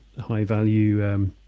high-value